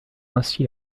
ainsi